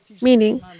Meaning